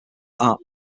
art